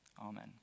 Amen